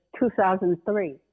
2003